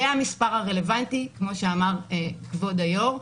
זה המספר הרלוונטי, כמו שאמר כבוד היו"ר.